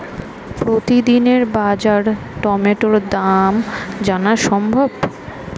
প্রতিদিনের বাজার টমেটোর দাম জানা সম্ভব?